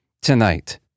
tonight